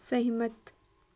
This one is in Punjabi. ਸਹਿਮਤ